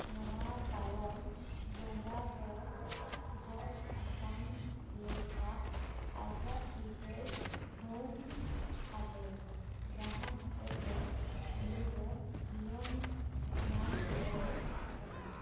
ᱱᱚᱣᱟ ᱛᱟᱭᱚᱢ ᱵᱚᱸᱜᱟ ᱫᱚ ᱜᱚᱡᱽ ᱟᱠᱟᱱ ᱞᱮᱴᱠᱟ ᱟᱡᱟᱜ ᱛᱤᱛᱮᱭ ᱛᱷᱩᱢ ᱟᱫᱮᱭᱟ ᱡᱟᱦᱟᱸ ᱦᱚᱛᱮᱛᱮ ᱩᱱᱤ ᱫᱚ ᱡᱤᱭᱚᱱ ᱧᱟᱢ ᱨᱩᱣᱟᱹᱲ ᱞᱮᱫᱟ